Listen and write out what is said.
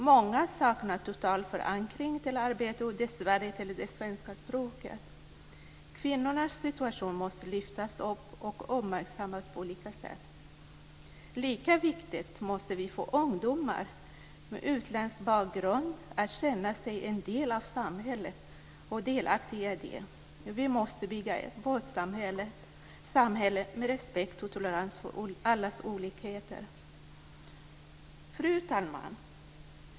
Många saknar totalt förankring i arbete, och dessvärre också i det svenska språket. Kvinnornas situation måste lyftas fram och uppmärksammas på olika sätt. Lika viktigt är att vi får ungdomar med utländsk bakgrund att känna sig som en del av samhället och delaktiga i det. Vi måste bygga vårt samhälle med respekt för och tolerans mot allas olikheter. Fru talman!